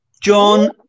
John